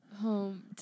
Home